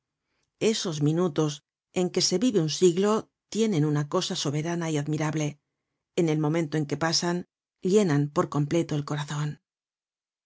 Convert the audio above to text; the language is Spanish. esos minutos en que se vive un siglo tienen una cosa soberana y admirable en el momento en que pasan llenan por completo el corazon